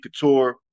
Couture